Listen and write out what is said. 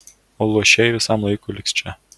o luošieji visam laikui liks čia